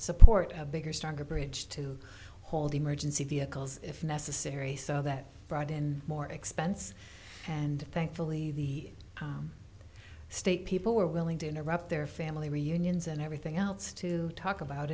support a bigger stronger bridge to hold emergency vehicles if necessary so that brought in more expense and thankfully the state people were willing to interrupt their family reunions and everything else to talk about